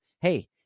hey